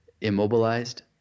immobilized